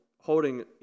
holding